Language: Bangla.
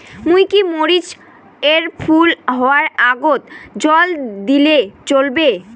মুই কি মরিচ এর ফুল হাওয়ার আগত জল দিলে চলবে?